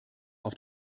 auf